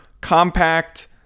compact